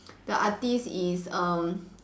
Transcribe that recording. the artiste is um